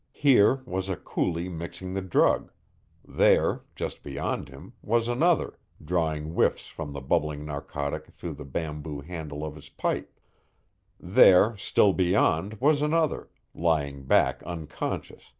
here, was a coolie mixing the drug there, just beyond him, was another, drawing whiffs from the bubbling narcotic through the bamboo handle of his pipe there, still beyond, was another, lying back unconscious,